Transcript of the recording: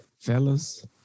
Fellas